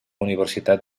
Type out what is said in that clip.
universitat